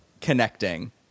connecting